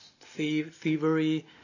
thievery